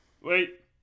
Wait